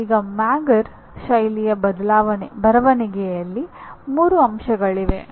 ಈಗ ಮ್ಯಾಗರ್ ಶೈಲಿಯ ಬರವಣಿಗೆಯಲ್ಲಿ 3 ಅಂಶಗಳಿವೆ